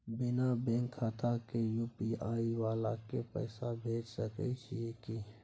बिना बैंक खाता के यु.पी.आई वाला के पैसा भेज सकै छिए की?